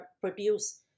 produce